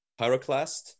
pyroclast